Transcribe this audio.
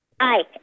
Hi